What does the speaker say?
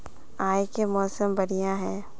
आय के मौसम बढ़िया है?